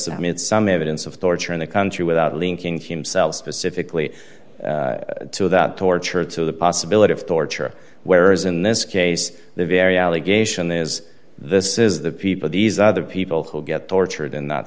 made some evidence of torture in the country without linking himself specifically to that torture to the possibility of torture whereas in this case the very allegation is this is the people these other people who get tortured in that